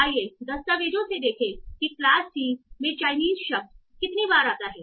आइए दस्तावेजों से देखें कि क्लास c में चाइनीस शब्द कितनी बार आता है